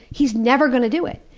he's never going to do it!